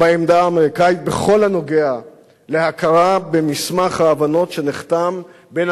בעמדה האמריקנית בכל הנוגע להכרה במסמך ההבנות שנחתם בין